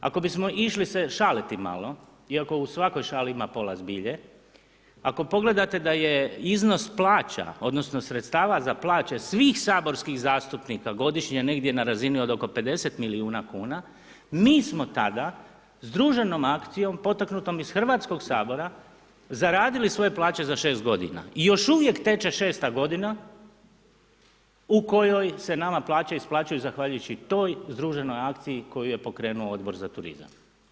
Ako bi se išli se šaliti malo, iako u svakoj šali ima pola zbilje, ako pogledate da je iznos plaća, odnosno, sredstava, za plaće, svih saborskih zastupnika, godišnje negdje na razini od oko 50 milijuna kuna, mi smo tada, s druženom akcijom, potaknutom iz Hrvatskog sabora zaradili svoje plaće za 6 g. i još uvijek teče 6 g. u kojoj se nama plaće isplaćuju zahvaljujući toj združenoj akciji, koju je pokrenuo Odbor za turizam.